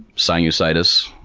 sinusitis.